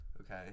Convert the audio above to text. Okay